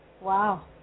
Wow